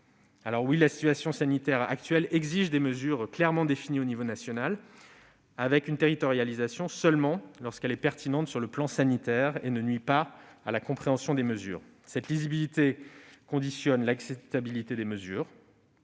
hospitalier. La situation sanitaire actuelle exige des mesures clairement définies au niveau national, une territorialisation étant acceptable seulement lorsqu'elle est pertinente sur le plan sanitaire et qu'elle ne nuit pas à la compréhension des mesures. Cette lisibilité conditionne l'acceptabilité des mesures,